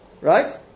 Right